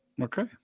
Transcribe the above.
Okay